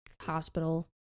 hospital